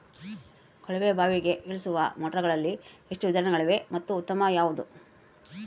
ಕೊಳವೆ ಬಾವಿಗೆ ಇಳಿಸುವ ಮೋಟಾರುಗಳಲ್ಲಿ ಎಷ್ಟು ವಿಧಗಳಿವೆ ಮತ್ತು ಉತ್ತಮ ಯಾವುದು?